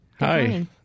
Hi